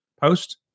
post